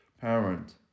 parent